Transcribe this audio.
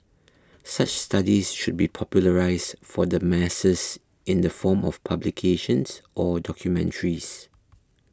such studies should be popularised for the masses in the form of publications or documentaries